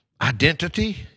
identity